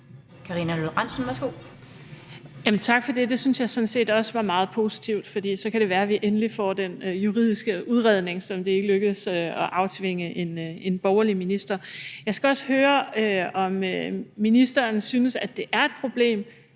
Karina Lorentzen Dehnhardt (SF): Tak for det. Det synes jeg sådan set også er meget positivt, for så kan det være, at vi endelig får den juridiske udredning, som det ikke lykkedes at aftvinge en borgerlig minister. Jeg skal også høre, om ministeren synes, at det er et problem,